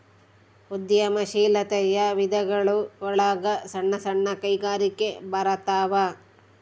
ಉದ್ಯಮ ಶೀಲಾತೆಯ ವಿಧಗಳು ಒಳಗ ಸಣ್ಣ ಸಣ್ಣ ಕೈಗಾರಿಕೆ ಬರತಾವ